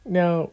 now